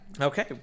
Okay